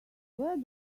where